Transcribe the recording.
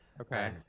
okay